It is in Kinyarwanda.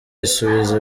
isubiza